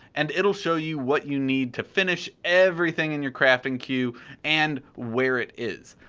and it'll show you what you need to finish everything in your crafting queue and where it is.